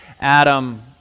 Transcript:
Adam